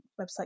website